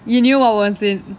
you knew what was it